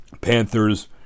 panthers